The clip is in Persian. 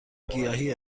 گیاهی